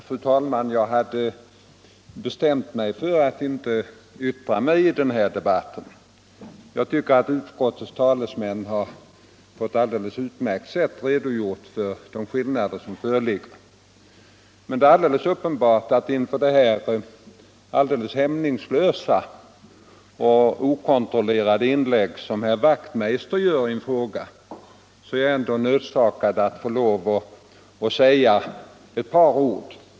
Fru talman! Jag hade bestämt mig för att inte yttra mig i den här debatten. Jag tycker att utskottets talesmän på ett utmärkt sätt har redogjort för de skillnader som föreligger. Men inför det hämningslösa och okontrollerade inlägg som herr Wachtmeister i Johannishus här gjort ser jag mig nödsakad att säga ett par ord.